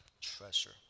treasure